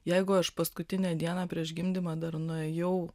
jeigu aš paskutinę dieną prieš gimdymą dar nuėjau